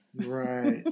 right